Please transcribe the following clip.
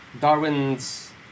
Darwin's